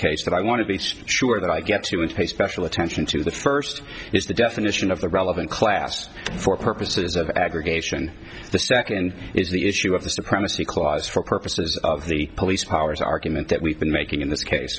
case that i want to be sure that i get to and pay special attention to the first is the definition of the relevant class for purposes of aggregation the second is the issue of the supremacy clause for purposes of the police powers argument that we've been making in this case